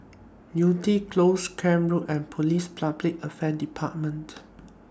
Yew Tee Close Camp Road and Police Public Affair department